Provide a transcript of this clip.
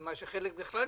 כמו שאמרת,